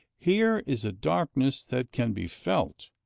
here is a darkness that can be felt